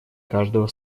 каждого